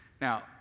Now